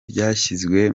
byashyizwe